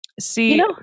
See